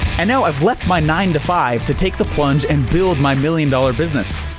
and now i've left my nine to five to take the plunge and build my million dollar business.